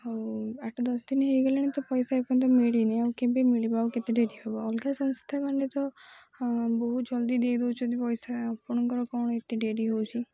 ଆଉ ଆଠ ଦଶ ଦିନ ହେଇଗଲାଣି ତ ପଇସା ଏପଯ୍ୟତ ମିଳନି ଆଉ କେବେ ମିଳିବ ଆଉ କେତେ ଡେରି ହବ ଅଲଗା ସଂସ୍ଥା ମାନେ ତ ବହୁ ଜଲ୍ଦି ଦେଇଦଉଛନ୍ତି ପଇସା ଆପଣଙ୍କର କ'ଣ ଏତେ ଡେରି ହଉଛି